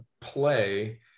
play